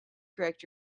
correct